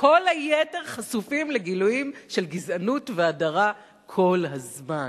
כל היתר חשופים לגילויים של גזענות והדרה כל הזמן,